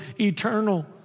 eternal